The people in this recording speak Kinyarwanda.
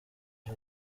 byo